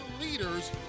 leaders